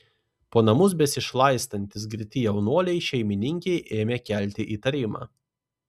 po namus besišlaistantys girti jaunuoliai šeimininkei ėmė kelti įtarimą